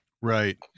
right